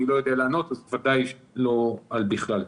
אני לא יודע לענות ובוודאי שלא על בכלל.